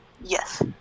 Yes